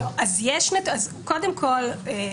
קודם כל,